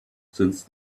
since